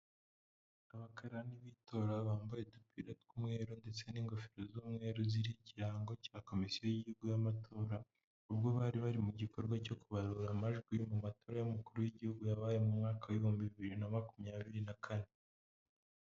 Abakarani b'itora bambaye udupira tw'umweru ndetse n'ingofero z'umweru ziriho ikirango cya komisiyo y'igihugu y'amatora, ubwo bari bari mu gikorwa cyo kubarura amajwi mu matora y'umukuru w'igihugu yabaye mu mwaka w'ibihumbi bibiri na makumyabiri na kane.